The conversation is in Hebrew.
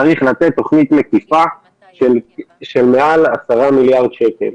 צריך לתת תוכנית מקיפה של מעל 10 מיליארד שקל.